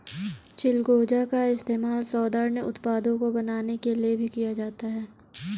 चिलगोजा का इस्तेमाल सौन्दर्य उत्पादों को बनाने के लिए भी किया जाता है